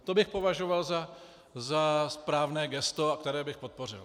To bych považoval za správné gesto, které bych podpořil.